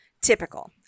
Typical